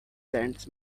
sands